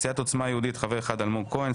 סיעת עוצמה יהודית, חבר אחד: אלמוג כהן.